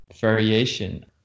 variation